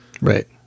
right